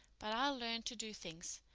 but i'll learn to do things.